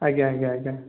ଆଜ୍ଞା ଆଜ୍ଞା ଆଜ୍ଞା